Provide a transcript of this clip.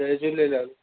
Jay Jhulelal